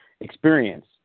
experience